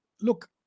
look